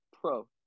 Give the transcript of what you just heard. Pro